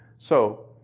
so,